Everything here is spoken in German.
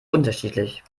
unterschiedlich